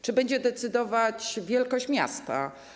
Czy będzie decydować wielkość miasta?